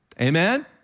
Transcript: Amen